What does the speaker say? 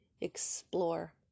explore